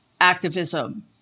activism